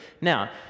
Now